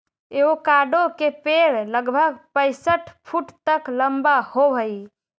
avocado के पेड़ लगभग पैंसठ फुट तक लंबा होब हई